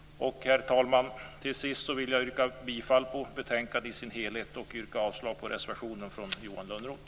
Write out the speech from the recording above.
Herr talman! Till sist vill jag yrka bifall till hemställan i betänkandet i dess helhet och avslag på reservationen från Johan Lönnroth.